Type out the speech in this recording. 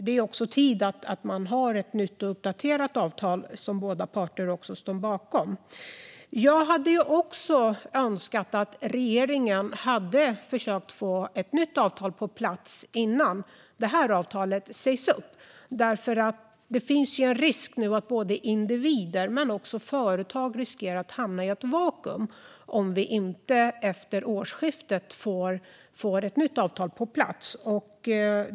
Det är på tiden att vi får ett nytt och uppdaterat avtal som båda parter står bakom. Jag hade också önskat att regeringen hade försökt få ett nytt avtal på plats innan det här avtalet sägs upp. Det finns en risk för att individer och företag hamnar i ett vakuum om vi inte efter årsskiftet får ett nytt avtal på plats.